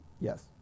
Yes